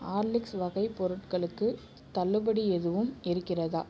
Horlicks வகை பொருள்களுக்கு தள்ளுபடி எதுவும் இருக்கிறதா